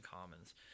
Commons